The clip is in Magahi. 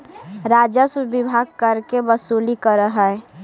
राजस्व विभाग कर के वसूली करऽ हई